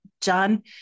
John